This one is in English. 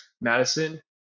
Madison